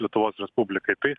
lietuvos respublikai tai